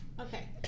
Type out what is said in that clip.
Okay